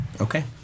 Okay